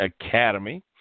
Academy